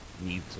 need